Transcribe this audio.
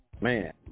Man